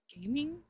gaming